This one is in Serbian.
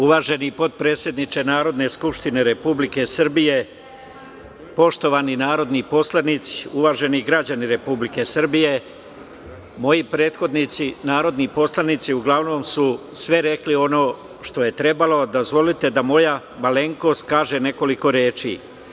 Uvaženi potpredsedniče Narodne skupštine Republike Srbije, poštovani narodni poslanici, uvaženi građani Republike Srbije, moji prethodnici, narodni poslanici, uglavnom su sve rekli ono što je trebalo, dozvolite da moja malenkost kaže nekoliko reči.